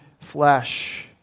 flesh